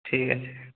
ঠিক আছে